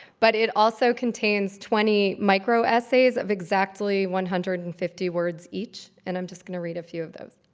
but it also contains twenty micro essays of exactly one hundred and fifty words each, and i'm just going to read a few of those.